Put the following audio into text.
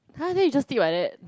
[huh] then you just sleep like that